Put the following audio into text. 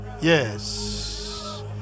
Yes